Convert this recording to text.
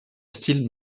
style